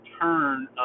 turn